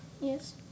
Yes